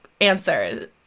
answer